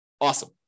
Awesome